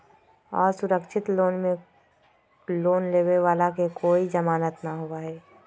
असुरक्षित लोन में लोन लेवे वाला के कोई जमानत न होबा हई